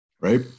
right